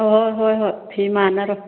ꯑꯣ ꯍꯣꯏ ꯍꯣꯏ ꯐꯤ ꯃꯥꯟꯅꯔꯣꯏ